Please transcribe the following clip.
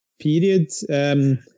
period